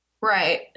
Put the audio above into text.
Right